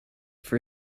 for